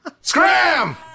Scram